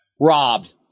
robbed